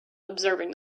observing